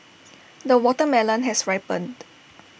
the watermelon has ripened